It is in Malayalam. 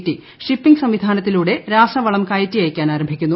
റ്റി ഷിപ്പിംഗ് സംവിധാനത്തിലൂടെ രാസവളം കയറ്റി അയക്കാൻ ആരംഭിക്കുന്നു